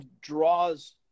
draws